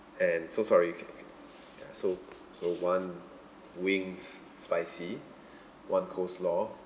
and so sorry ca~ ca~ uh so so one wings spicy one coleslaw